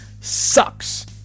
sucks